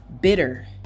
bitter